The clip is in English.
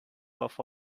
puff